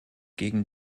gegen